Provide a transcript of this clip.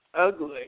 ugly